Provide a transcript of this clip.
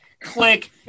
Click